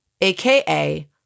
aka